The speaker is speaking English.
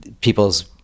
people's